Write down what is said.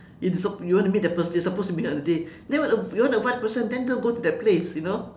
you supp~ you want to meet the person you supposed to meet her on the day then when the you want to avoid the person then don't go to that place you know